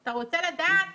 אתה רוצה לדעת